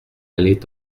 allait